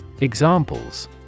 Examples